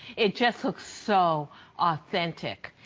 it just looks so authentic.